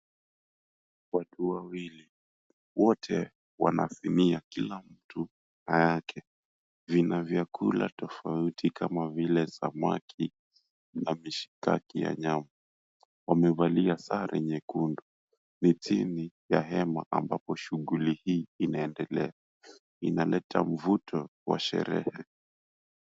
Watu wawili, wote wana sinia kila mtu na yake vina vyakula tofauti kama vile samaki na mishikaki ya nyama, wamevalia sare nyekundu miti ni ya hema ambapo shughuli hii inaendelea inaleta mvuto wa sherehe.